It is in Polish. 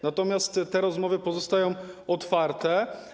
Natomiast te rozmowy pozostają otwarte.